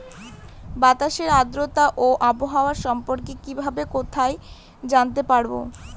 বাতাসের আর্দ্রতা ও আবহাওয়া সম্পর্কে কিভাবে কোথায় জানতে পারবো?